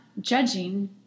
Judging